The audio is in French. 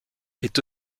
est